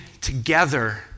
together